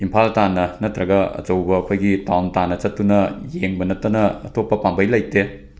ꯏꯝꯐꯥꯜ ꯇꯥꯟꯅ ꯅꯠꯇ꯭ꯔꯒ ꯑꯆꯧꯕ ꯑꯩꯈꯣꯏꯒꯤ ꯇꯥꯎꯟ ꯇꯥꯟꯅ ꯆꯠꯇꯨꯅ ꯌꯦꯡꯕ ꯅꯠꯇꯅ ꯑꯇꯣꯞꯄ ꯄꯥꯝꯕꯩ ꯂꯩꯇꯦ